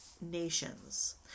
nations